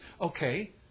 Okay